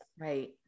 Right